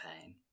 pain